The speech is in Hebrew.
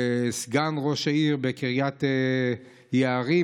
סגן ראש העיר בקריית יערים,